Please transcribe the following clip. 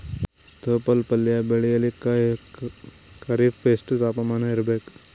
ತೊಪ್ಲ ಪಲ್ಯ ಬೆಳೆಯಲಿಕ ಖರೀಫ್ ಎಷ್ಟ ತಾಪಮಾನ ಇರಬೇಕು?